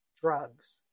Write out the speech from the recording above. drugs